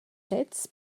sez